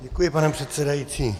Děkuji, pane předsedající.